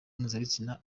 mpuzabitsina